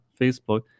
Facebook